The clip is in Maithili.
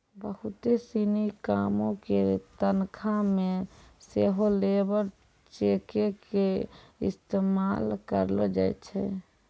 बहुते सिनी कामो के तनखा मे सेहो लेबर चेको के इस्तेमाल करलो जाय छै